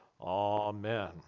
Amen